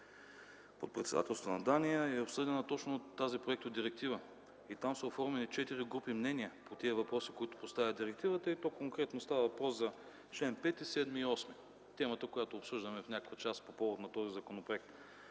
под председателството на Дания е обсъдена точно тази проектодиректива. Там са оформени четири групи мнения по тези въпроси, които поставя директивата, и то конкретно става въпрос за членове 5, 7 и 8 – темата, която обсъждаме в някаква част по повод на този законопроект.